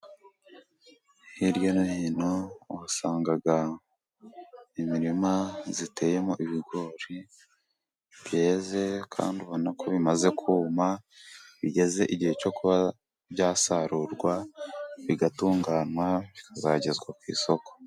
Hirya no hino uhasanga imirima iteyemo ibigori byeze, kandi ubona ko bimaze kuma, bigeze igihe cyo kuba byasarurwa bigatunganywa, bikagezwa ku isoko.